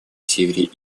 севере